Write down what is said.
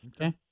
Okay